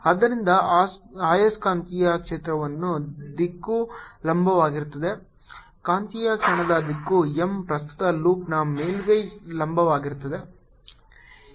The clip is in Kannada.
ಆದ್ದರಿಂದ ಆಯಸ್ಕಾಂತೀಯ ಕ್ಷೇತ್ರದ ದಿಕ್ಕು ಲಂಬವಾಗಿರುತ್ತದೆ ಕಾಂತೀಯ ಕ್ಷಣದ ದಿಕ್ಕು m ಪ್ರಸ್ತುತ ಲೂಪ್ನ ಮೇಲ್ಮೈಗೆ ಲಂಬವಾಗಿರುತ್ತದೆ